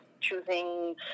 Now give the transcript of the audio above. choosing